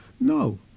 No